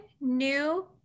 new